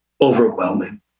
overwhelming